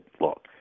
look